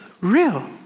real